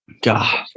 God